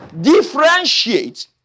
differentiate